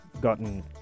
gotten